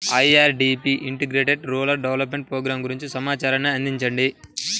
IRDP integrated rural development programme గురించి సమాచారాన్ని అందించండి?